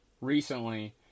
recently